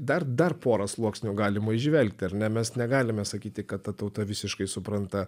dar dar porą sluoksnių galima įžvelgti ar ne mes negalime sakyti kad ta tauta visiškai supranta